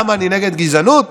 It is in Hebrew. למה אני נגד גזענות?